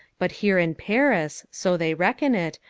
but here in paris, so they reckon it,